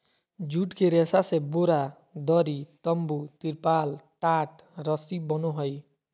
जुट के रेशा से बोरा, दरी, तम्बू, तिरपाल, टाट, रस्सी बनो हइ